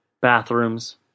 bathrooms